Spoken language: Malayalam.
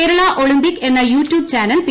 കേരള ഒളിമ്പിക് എന്ന യൂ ട്യൂബ് ചാനൽ പി